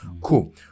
Cool